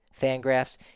Fangraphs